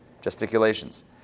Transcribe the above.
gesticulations